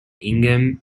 ingham